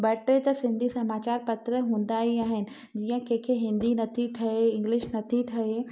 ॿ टे त सिंधी समाचार पत्र त हूंदा ई आहिनि जीअं कंहिंखे हिंदी न थी ठहे इंग्लिश न थी ठहे